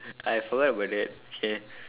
I forget about that okay